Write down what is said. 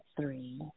three